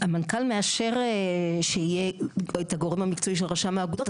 המנכ"ל מאשר שיהיה את הגורם המקצועי של רשם האגודות.